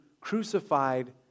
crucified